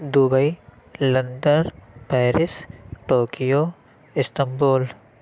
Dubai London Paris Tokyo Istanbul